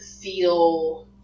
feel